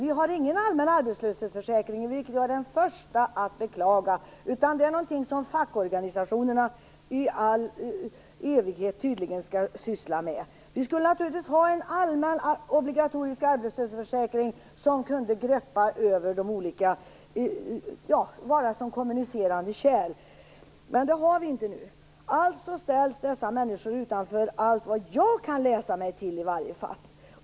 Vi har ingen allmän arbetslöshetsförsäkring, vilket jag är den första att beklaga, utan det är någonting som fackorganisationerna tydligen skall syssla med i all evighet. Vi skulle naturligtvis ha en allmän obligatorisk arbetslöshetsförsäkring som kunde fungera som kommunicerande kärl, men det har vi inte nu. Alltså ställs dessa människor utanför allt, vad jag kan läsa mig till i varje fall.